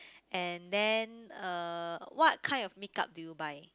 and then uh what kind of makeup do you buy